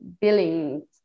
billing